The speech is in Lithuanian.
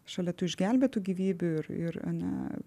šalia tų išgelbėtų gyvybių ir ir ane